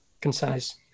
concise